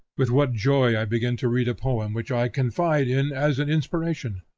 with what joy i begin to read a poem which i confide in as an inspiration!